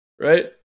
right